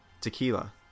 Tequila